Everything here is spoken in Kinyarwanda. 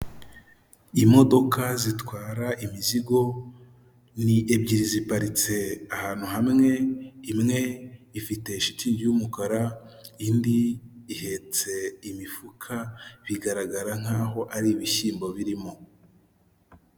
Imodoka zitwara imizigo, ni ebyiri ziparitse ahantu hamwe, imwe ifite shitingi y'umukara, indi ihetse imifuka bigaragara nk'aho ari ibishyimbo birimo.